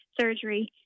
surgery